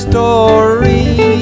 story